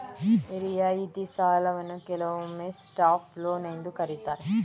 ರಿಯಾಯಿತಿ ಸಾಲವನ್ನ ಕೆಲವೊಮ್ಮೆ ಸಾಫ್ಟ್ ಲೋನ್ ಎಂದು ಕರೆಯುತ್ತಾರೆ